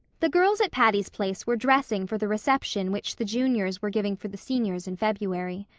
the girls at patty's place were dressing for the reception which the juniors were giving for the seniors in february.